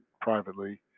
privately